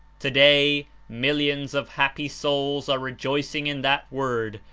today, millions of happy souls are rejoicing in that word,